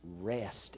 rest